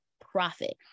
profit